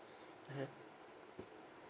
mm